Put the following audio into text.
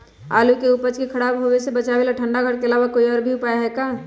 आलू के उपज के खराब होवे से बचाबे ठंडा घर के अलावा कोई और भी उपाय है का?